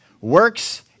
Works